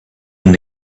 and